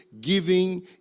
giving